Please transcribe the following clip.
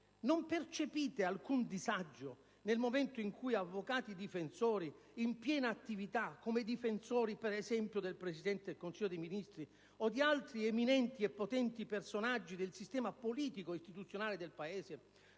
non percepite alcun disagio nel momento in cui avvocati difensori in piena attività, come difensori per esempio del Presidente del Consiglio dei ministri o di altri eminenti e potenti personaggi del sistema politico-istituzionale del Paese,